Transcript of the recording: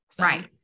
Right